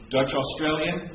Dutch-Australian